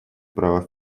права